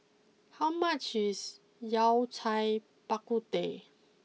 how much is Yao Cai Bak Kut Teh